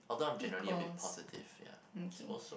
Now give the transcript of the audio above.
equals okay